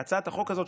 בהצעת החוק הזאת,